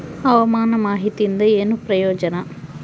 ಹವಾಮಾನ ಮಾಹಿತಿಯಿಂದ ಏನು ಪ್ರಯೋಜನ?